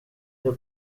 cyo